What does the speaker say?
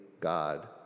God